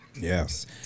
Yes